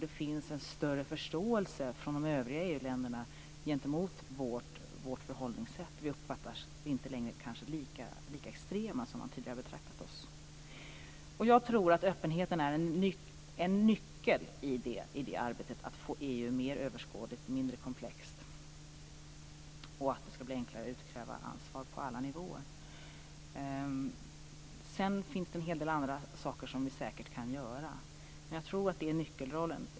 Det finns en större förståelse från de övriga EU-länderna för vårt förhållningssätt. Vi uppfattas kanske inte längre lika extrema som man tidigare har betraktat oss. Jag tror att öppenheten är en nyckel i arbetet med att få EU mer överskådligt och mindre komplext och för att det skall bli enklare att utkräva ansvar på alla nivåer. Sedan finns det en hel del andra saker som vi säkert kan göra, men jag tror att det är nyckeln.